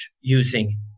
using